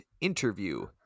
interview